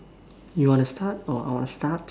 you want to start or I want to start